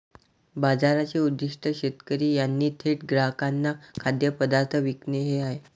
बाजाराचे उद्दीष्ट शेतकरी यांनी थेट ग्राहकांना खाद्यपदार्थ विकणे हे आहे